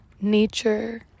nature